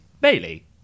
Bailey